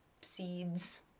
seeds